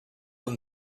than